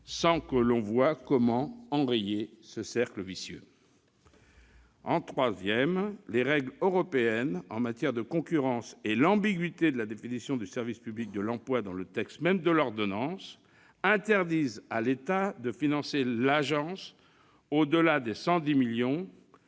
sans que l'on voie comment enrayer ce cercle vicieux. Enfin, les règles européennes en matière de concurrence et l'ambiguïté de la définition du service public de l'emploi dans le texte même de l'ordonnance interdisent à l'État de financer l'Agence au-delà des 110 millions